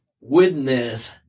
witness